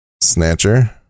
Snatcher